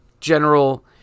general